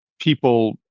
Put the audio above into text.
people